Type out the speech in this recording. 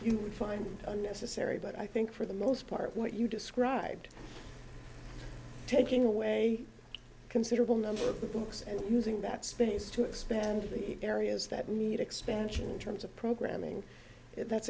you would find unnecessary but i think for the most part what you described taking away considerable number of books and using that space to expand the areas that need expansion in terms of programming that's